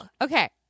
Okay